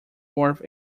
fourth